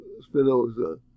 Spinoza